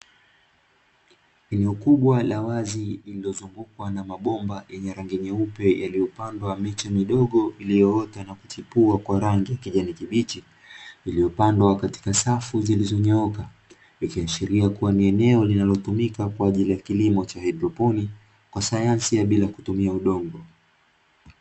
Eneo kubwa la wazi, liliozungukwa na mabomba yenye rangi nyeupe yaliyopandwa miche midogo iliyoota na kuchipua kwa rangi ya kijani kibichi, iliyopandwa katika safu zilizonyooka. Ikiashiria kuwa ni eneo linalotumika kwa ajili ya kilimo cha haidroponi, kwa sayansi ya bila kutumia udongo.